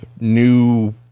New